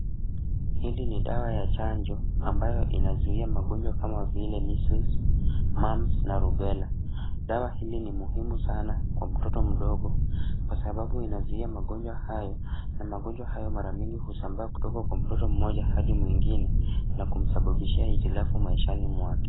Hili ni dawa ya chanjo ambayo inazuia magonjwa kama vile measles, mumps na rubella .Dawa hili ni muhimu sana kwa mtoto mdogo kwa sababu inazuia magonjwa hayo na magonjwa hayo mara mingi husambaa kutoka kwa mtoto mmoja hadi mwingine na kumsabibisha hitilafu maishani mwake.